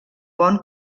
bon